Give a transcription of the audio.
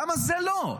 למה זה לא?